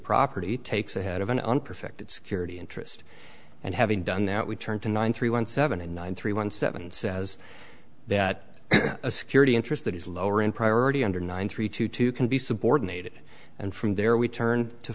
property takes a head of an unprotected security interest and having done that we turn to nine three one seven and nine three one seven says that a security interest that is lower in priority under ninety three to two can be subordinated and from there we turn to